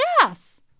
yes